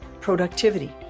productivity